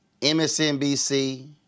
MSNBC